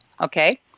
Okay